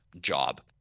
job